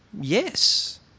yes